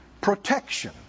protection